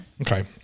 Okay